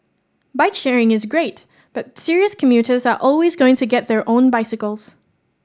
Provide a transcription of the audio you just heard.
bike sharing is great but serious commuters are always going to get their own bicycles